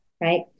right